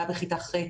מה בכיתה ח',